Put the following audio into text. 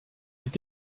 est